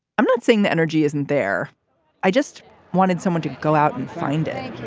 i'm not saying the energy isn't there i just wanted someone to go out and find a